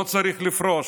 לא צריך לפרוש.